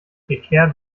prekär